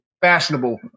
fashionable